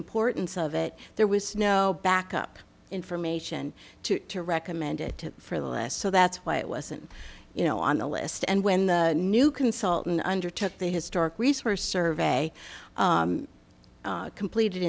importance of it there was no backup information to recommend it for the last so that's why it wasn't you know on the list and when the new consultant undertook the historic resource survey completed